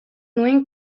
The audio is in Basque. nuen